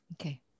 Okay